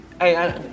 Hey